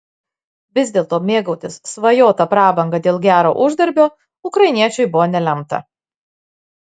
vis dėlto mėgautis svajota prabanga dėl gero uždarbio ukrainiečiui buvo nelemta